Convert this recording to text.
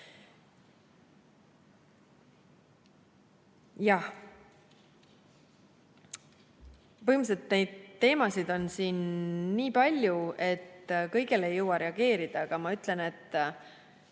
Põhimõtteliselt on neid teemasid siin nii palju, et kõigele ei jõua reageerida. Aga ma ütlen, et